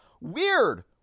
weird